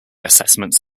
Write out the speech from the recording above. assessments